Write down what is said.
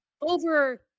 over